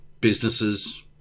businesses